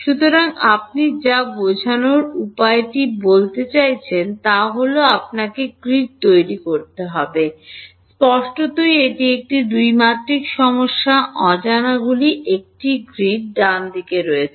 সুতরাং আপনি যা বোঝানোর উপায়টি বলতে চাইছেন তা হল আপনাকে গ্রিড তৈরি করতে হবে স্পষ্টতই এটি একটি 2 মাত্রিক সমস্যা অজানাগুলি একটি গ্রিডে ডানদিকে রয়েছে